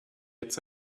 jetzt